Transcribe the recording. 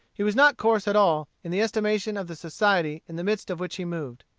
he was not coarse at all in the estimation of the society in the midst of which he moved.